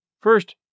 First